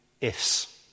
ifs